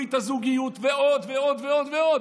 ברית הזוגיות ועוד ועוד ועוד ועוד.